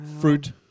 fruit